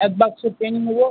এক বাক্স পেন নেব